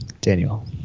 Daniel